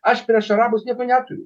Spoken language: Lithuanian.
aš prieš arabus nieko neturiu